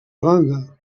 zelanda